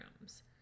rooms